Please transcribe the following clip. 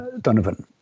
Donovan